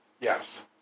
Yes